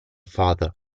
father